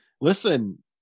listen